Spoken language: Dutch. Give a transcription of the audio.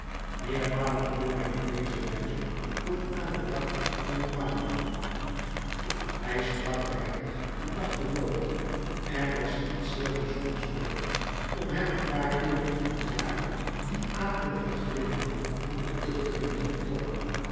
meermalen klom hij op deze wijze tot aan het dak van het bagno hij sprak weinig en lachte nooit er was iets zeer bijzonders noodig om hem een paar keeren in t jaar dien akeligen glimlach van den tuchteling te ontlokken